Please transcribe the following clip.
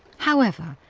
however,